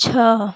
छः